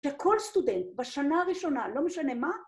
‫שכל סטודנט בשנה הראשונה, ‫לא משנה מה,